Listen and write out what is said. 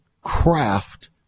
craft